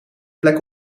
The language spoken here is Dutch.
plek